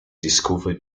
discover